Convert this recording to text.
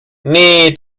nee